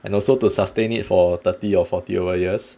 and also to sustain it for thirty or forty over years